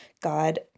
God